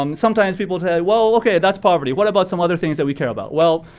um sometimes people say, well, okay, that's poverty, what about some other things that we care about? well,